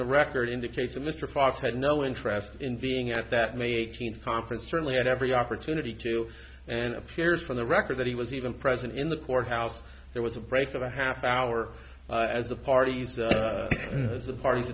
the record indicates that mr fox had no interest in being at that may eighteenth conference certainly had every opportunity to and appears from the record that he was even present in the courthouse there was a break of a half hour as the parties and the parties